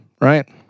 right